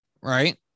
Right